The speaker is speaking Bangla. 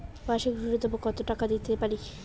মাসিক নূন্যতম কত টাকা দিতে পারি?